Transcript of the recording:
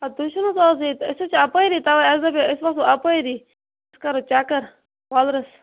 اَدٕ تُہۍ چھُو نہ حظ اَز ییٚتہِ أسۍ حظ چھِ اپٲری تَوے اَسہِ دپے أسۍ وَسو اَپٲری أسۍ کَرو چَکَر وولرَس